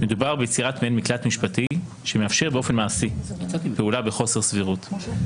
מדובר ביצירת מעין מקלט משפטי שמאפשר באופן מעשי פעולה בחוסר סבירות.